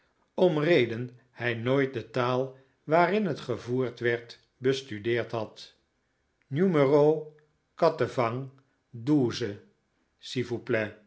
om reden hij nooit de taal waarin het gevoerd werd bestudeerd had newmero kattenvang dooze